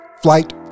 Flight